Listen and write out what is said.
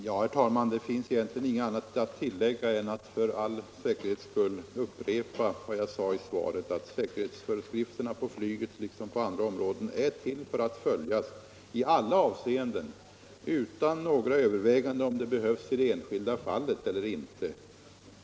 Herr talman! Det finns egentligen inget annat att tillägga än att för all säkerhets skull upprepa vad jag sade i svaret. Säkerhetsföreskrifterna inom flyget liksom på andra områden är till för att följas i alla avseenden, utan några överväganden om det behövs i det enskilda fallet eller inte.